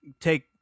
take